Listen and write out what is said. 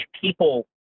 people